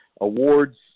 awards